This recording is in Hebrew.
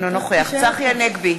אינו נוכח צחי הנגבי,